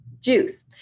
juice